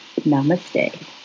namaste